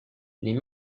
les